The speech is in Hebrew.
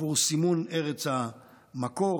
עבור סימון ארץ המקור.